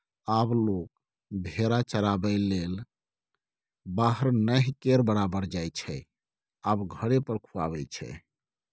आब लोक भेरा चराबैलेल बाहर नहि केर बराबर जाइत छै आब घरे पर खुआबै छै